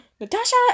Natasha